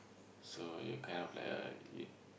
so you kind of like uh you